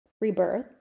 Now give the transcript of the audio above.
rebirth